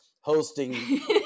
hosting